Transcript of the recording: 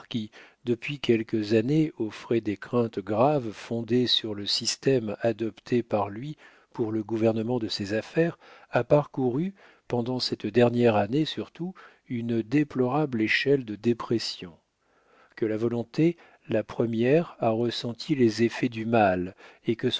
depuis quelques années offrait des craintes graves fondées sur le système adopté par lui pour le gouvernement de ses affaires a parcouru pendant cette dernière année surtout une déplorable échelle de dépression que la volonté la première a ressenti les effets du mal et que